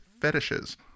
fetishes